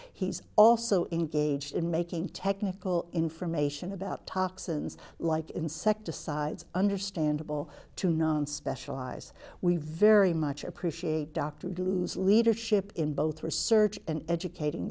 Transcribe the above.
he's also engaged in making technical information about toxins like insecticides understandable to non specialized we very much appreciate dr drew's leadership in both research and educating